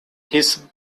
his